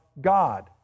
God